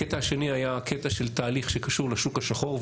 הקטע השני היה הקטע של תהליך שקשור לשוק השחור,